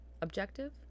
Objective